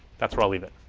that's where i'll leave it.